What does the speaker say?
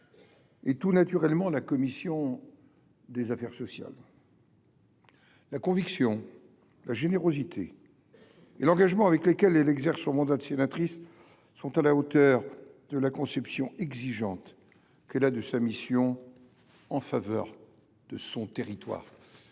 et, tout naturellement, la commission des affaires sociales. La conviction, la générosité et l’engagement avec lesquels elle exerce son mandat de sénatrice sont à la hauteur de la conception exigeante qu’elle a de sa mission en faveur de son territoire